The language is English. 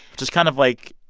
just kind of, like,